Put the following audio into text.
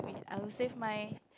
I will save my